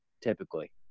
typically